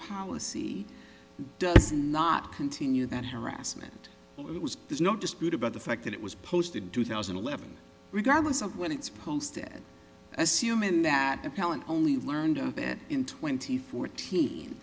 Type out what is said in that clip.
policy does not continue that harassment it was there's no dispute about the fact that it was posted in two thousand and eleven regardless of when it's posted assuming that appellant only learned of it in twenty fourteen